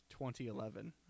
2011